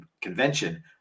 convention